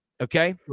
okay